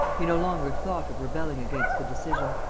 he no longer thought of rebelling against the decision.